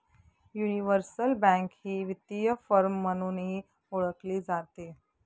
universal bank ही वित्तीय firm म्हणूनही ओळखली जाते